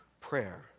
prayer